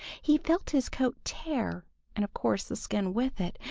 he felt his coat tear and of course the skin with it,